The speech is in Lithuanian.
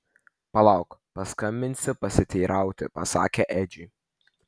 palauk paskambinsiu pasiteirauti pasakė edžiui